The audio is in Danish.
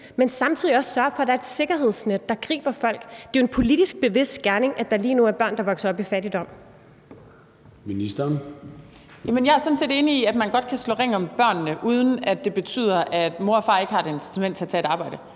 og samtidig sørge for, at der er et sikkerhedsnet, der griber folk. Det er jo en politisk bevidst gerning, at der lige nu er børn, der vokser op i fattigdom.